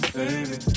baby